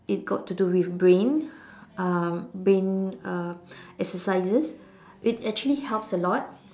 it got to do with brain um brain uh exercises it actually helps a lot